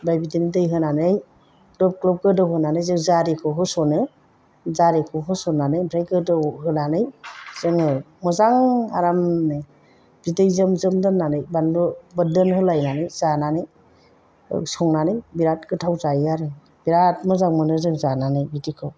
ओमफ्राय बिदिनो दै होनानै ग्लब ग्लब गोदौहोनानै जों जारिखौ होसनो जारिखौ होसननानै ओमफ्राय गोदौ होनानै जोङो मोजां आरामनो बिदै जोम जोम दोननानै बानलु बोरदोन होलायनानै जानानै संनानै बिराद गोथाव जायो आरो बिराद मोजां मोनो जों जानानै बिदिखौ